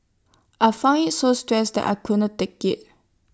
I found IT so stressful and I couldn't take IT